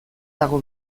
dago